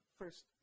first